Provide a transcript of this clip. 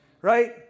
Right